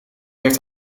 heeft